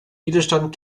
widerstand